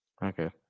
Okay